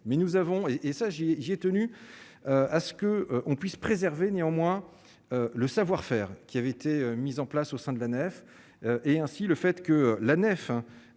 mais nous avons et et ça j'ai j'ai tenu à ce que on puisse préserver néanmoins le savoir-faire qui avait été mis en place au sein de la MNEF et ainsi le fait que la